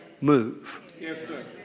move